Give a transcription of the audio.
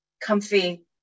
comfy